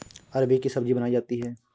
अरबी की सब्जी बनायीं जाती है